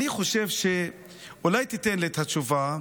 אני חושב שאולי תיתן לי את התשובה.